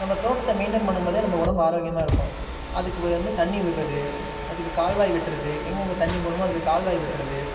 நம்ம தோட்டத்தை மெயின்டைன் பண்ணும் போது நம்ம உடம்பு ஆரோக்கியமாக இருக்கும் அதுக்கு வந்து தண்ணி விடுறது அதுக்கு கால்வாய் வெட்டுறது எங்கெங்கே தண்ணி போகணுமோ அதுக்கு கால்வாய் வெட்டுறது